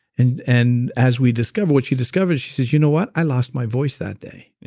and and as we discover what she discovered she says, you know what? i lost my voice that day.